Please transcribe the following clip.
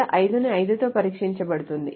5 ను 5 తో పరీక్షించబడింది ఇది నిజం కాదు